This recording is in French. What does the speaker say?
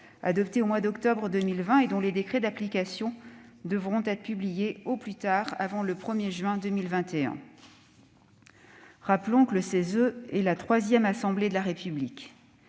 adoptée au mois d'octobre 2020 et dont les décrets d'application devront être publiés avant le 1 juin 2021. Rappelons que le CESE est la troisième assemblée de la République.